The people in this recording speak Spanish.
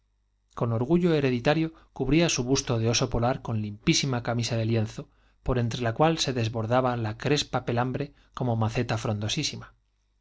con orgullo heredi tario cubría su busto de oso polar con limpísima camisa de lienzo por entre la cual se desbordaba la crespa pelambre como maceta frondosísima